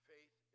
Faith